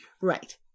Right